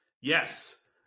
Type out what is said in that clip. Yes